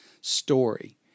story